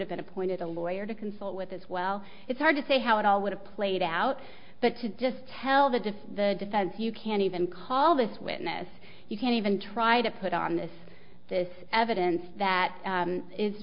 have been appointed a lawyer to consult with as well it's hard to say how it all would have played out but to just tell the diff the defense you can't even call this witness you can't even try to put on this this evidence that